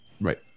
right